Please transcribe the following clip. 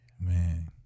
man